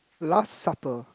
last supper